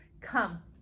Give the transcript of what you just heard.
come